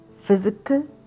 physical